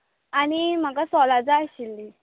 आनी म्हाका सोलां जाय आशिल्लीं